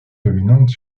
dominante